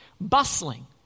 Bustling